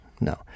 no